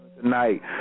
tonight